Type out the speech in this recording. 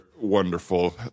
wonderful